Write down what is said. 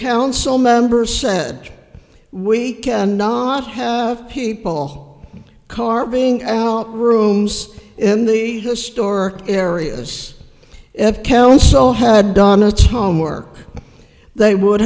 council member said we cannot have people carving out rooms in the historic areas kelso had done a ton work they would